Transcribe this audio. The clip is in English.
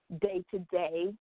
day-to-day